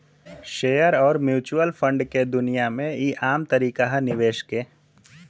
share अउर mutual fund के दुनिया मे ई आम तरीका ह निवेश के